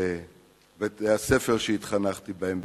בבתי-הספר שהתחנכתי בהם,